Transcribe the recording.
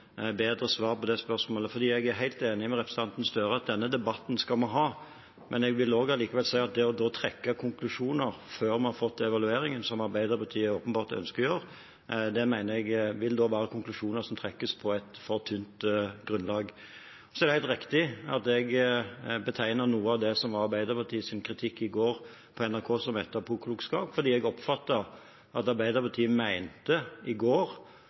bedre svar på det spørsmålet, for jeg er helt enig med representanten Gahr Støre i at denne debatten skal vi ha. Jeg vil likevel si at når man trekker konklusjoner før man har fått evalueringen, slik Arbeiderpartiet åpenbart ønsker å gjøre, mener jeg det vil være konklusjoner som trekkes på et for tynt grunnlag. Så er det helt riktig at jeg betegner noe av det som var Arbeiderpartiets kritikk i går på NRK, som etterpåklokskap, for jeg oppfatter at Arbeiderpartiet i går